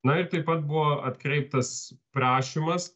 na ir taip pat buvo atkreiptas prašymas